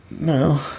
No